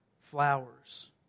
flowers